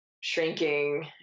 shrinking